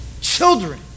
children